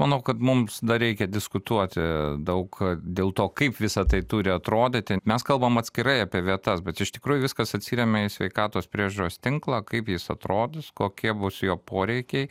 manau kad mums dar reikia diskutuoti daug dėl to kaip visa tai turi atrodyti mes kalbam atskirai apie vietas bet iš tikrųjų viskas atsiremia į sveikatos priežiūros tinklą kaip jis atrodys kokie bus jo poreikiai